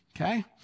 Okay